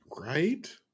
right